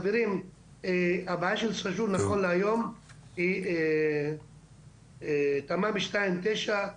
חברים הבעיה של סאג'ור נכון להיום היא תמ"מ 2/ 9,